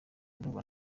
ndumva